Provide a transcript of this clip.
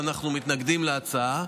ואנחנו מתנגדים להצעה.